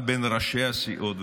גם בין ראשי הסיעות.